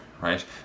right